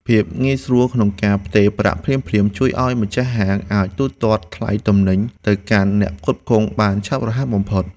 ភាពងាយស្រួលក្នុងការផ្ទេរប្រាក់ភ្លាមៗជួយឱ្យម្ចាស់ហាងអាចទូទាត់ថ្លៃទំនិញទៅកាន់អ្នកផ្គត់ផ្គង់បានឆាប់រហ័សបំផុត។